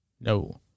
No